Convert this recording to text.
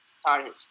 started